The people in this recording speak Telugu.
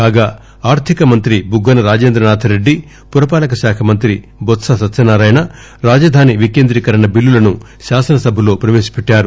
కాగా ఆర్దికమంత్రి బుగ్గన రాజేంద్రనాధ్ రెడ్డి పురపాలక శాఖ మంత్రి బొత్స సత్యనారాయణ రాజధాని వికేంద్రీకరణ బిల్లులను శాసనసభలో ప్రవేశపెట్టారు